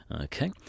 Okay